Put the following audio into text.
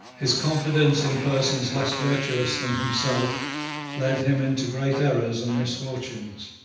his confidence in persons less virtuous than himself led him into great errors and misfortunes.